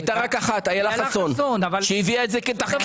הייתה רק אחת, אילה חסון, שהביאה את זה כתחקיר.